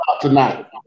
tonight